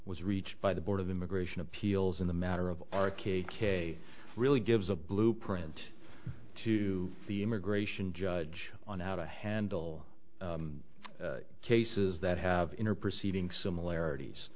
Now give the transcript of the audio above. was reached by the board of immigration appeals in the matter of r k k really gives a blueprint to the immigration judge on how to handle cases that have in her proceeding similarities